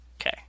okay